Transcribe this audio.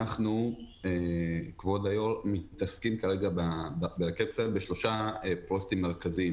אנחנו מתעסקים ברכבת ישראל בשלושה פרויקטים מרכזיים